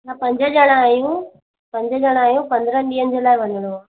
असां पंज ॼणा आहियूं पंज ॼणा आहियूं पंद्रहंनि ॾींहंनि जे लाइ वञिणो आहे